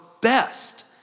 best